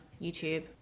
YouTube